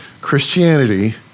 Christianity